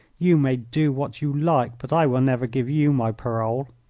you may do what you like, but i will never give you my parole.